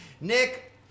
Nick